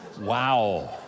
Wow